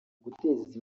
guteza